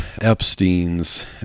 Epstein's